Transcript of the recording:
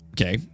Okay